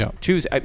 choose